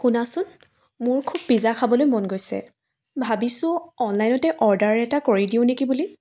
শুনাচোন মোৰ খুব পিজ্জা খাবলৈ মন গৈছে ভাবিছো অনলাইনতে অৰ্ডাৰ এটা কৰি দিওঁ নেকি বুলি